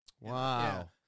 wow